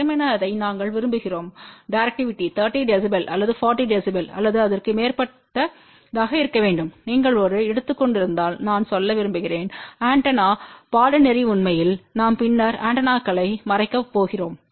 வெறுமனே இதை நாங்கள் விரும்புகிறோம் டைரக்டிவிட்டி 30 dB அல்லது 40 dB அல்லது அதற்கு மேற்பட்டதாக இருக்க வேண்டும் நீங்கள் ஒரு எடுத்துக்கொண்டிருந்தால் நான் சொல்ல விரும்புகிறேன் ஆண்டெனா பாடநெறி உண்மையில் நாம் பின்னர் ஆண்டெனாக்களை மறைக்கப் போகிறோம்